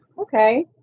okay